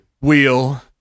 Wheel